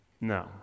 No